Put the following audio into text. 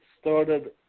started